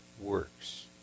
works